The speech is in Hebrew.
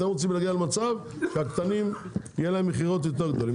אתם רוצים להגיע למצב שהספקים הקטנים מגדילים את המכירות נכון?